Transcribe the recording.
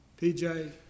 PJ